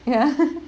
ya